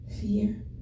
Fear